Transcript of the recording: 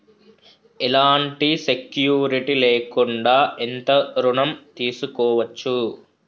ఎలాంటి సెక్యూరిటీ లేకుండా ఎంత ఋణం తీసుకోవచ్చు?